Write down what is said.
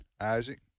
Isaac